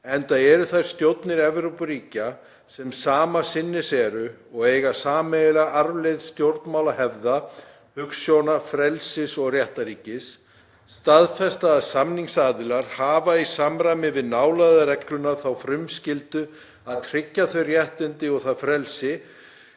enda eru þær stjórnir Evrópuríkja, sem sama sinnis eru og eiga sameiginlega arfleifð stjórnmálahefða, hugsjóna, frelsis og réttarríkis; staðfesta að samningsaðilarnir hafa í samræmi við nálægðarregluna þá frumskyldu að tryggja þau réttindi og það frelsi